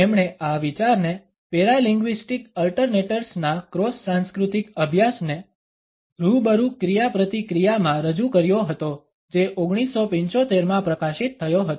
તેમણે આ વિચારને પેરાલિંગ્વીસ્ટિક અલ્ટર્નેટર્સ ના ક્રોસ સાંસ્કૃતિક અભ્યાસને રૂબરૂ ક્રિયાપ્રતિક્રિયા માં રજૂ કર્યો હતો જે 1975 માં પ્રકાશિત થયો હતો